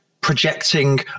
Projecting